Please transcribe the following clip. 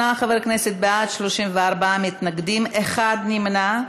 28 חברי כנסת בעד, 34 מתנגדים, אחד נמנע.